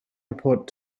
report